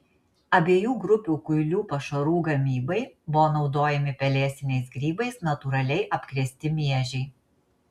abiejų grupių kuilių pašarų gamybai buvo naudojami pelėsiniais grybais natūraliai apkrėsti miežiai